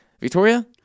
Victoria